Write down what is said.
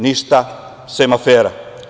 Ništa, sem afera.